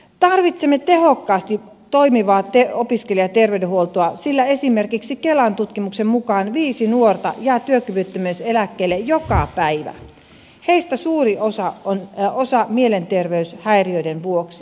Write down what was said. tarvitsemme tehokkaasti toimivaa opiskelijaterveydenhuoltoa sillä esimerkiksi kelan tutkimuksen mukaan viisi nuorta jää työkyvyttömyyseläkkeelle joka päivä heistä suuri osa mielenterveyshäiriöiden vuoksi